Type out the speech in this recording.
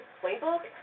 playbook